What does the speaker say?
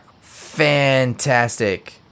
fantastic